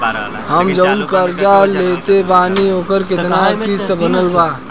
हम जऊन कर्जा लेले बानी ओकर केतना किश्त बनल बा?